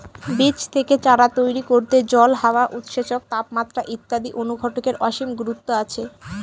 বীজ থেকে চারা তৈরি করতে জল, হাওয়া, উৎসেচক, তাপমাত্রা ইত্যাদি অনুঘটকের অসীম গুরুত্ব আছে